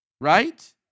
Right